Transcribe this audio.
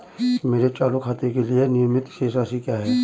मेरे चालू खाते के लिए न्यूनतम शेष राशि क्या है?